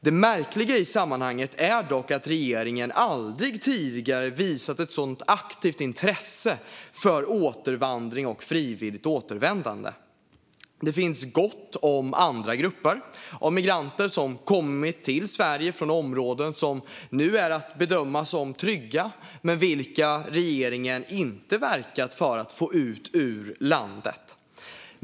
Det märkliga i sammanhanget är dock att regeringen aldrig tidigare visat ett så aktivt intresse för återvandring och frivilligt återvändande. Det finns ju gott om andra grupper av migranter som kommit till Sverige från områden som nu är att bedöma som trygga men där regeringen inte verkat för att få ut dem ur landet.